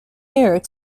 york